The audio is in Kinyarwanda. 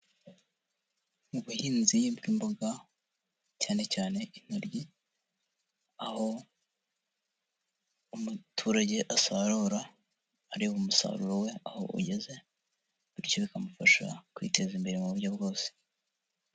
Mu buhinzi bw'imboga cyane cyane intoryi, aho umuturage asarura, areba umusaruro we aho ugeze, bityo bikamufasha kwiteza imbere mu buryo bwose.